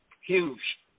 Huge